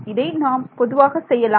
இதை நாம் பொதுவாக செய்யலாம்